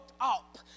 up